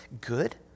good